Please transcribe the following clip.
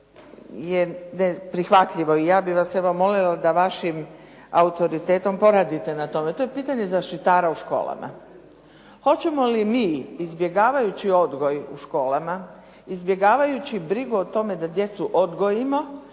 koje je prihvatljivo i ja bih vas evo molila da vašim autoritetom poradite na tome. To je pitanje zaštitara u školama. Hoćemo li mi izbjegavajući odgoj u školama, izbjegavajući brigu o tome da djecu odgojimo